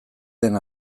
den